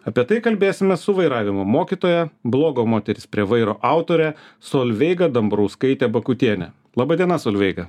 apie tai kalbėsimės su vairavimo mokytoja bloga moteris prie vairo autore solveiga dambrauskaite bakutiene laba diena solveiga